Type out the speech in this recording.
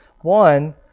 One